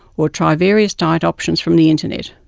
or try various diet options from the internet.